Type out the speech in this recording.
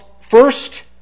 first